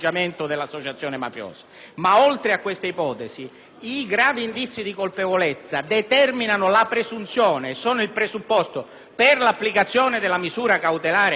i gravi indizi di colpevolezza sono il presupposto per l'applicazione della misura cautelare in carcere anche per le seguenti ipotesi di reato: